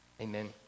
amen